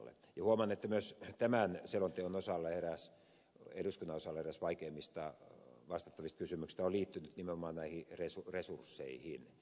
huomaan että myös tämän selonteon osalta eräs vaikeimmista kysymyksistä joihin eduskunta joutuu vastaamaan on liittynyt nimenomaan näihin resursseihin